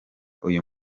uyu